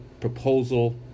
proposal